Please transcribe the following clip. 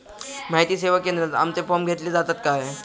माहिती सेवा केंद्रात आमचे फॉर्म घेतले जातात काय?